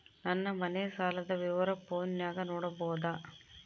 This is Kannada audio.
ನನ್ನ ಮನೆ ಸಾಲದ ವಿವರ ಫೋನಿನಾಗ ನೋಡಬೊದ?